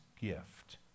gift